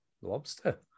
lobster